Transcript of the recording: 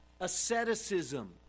asceticism